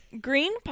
Green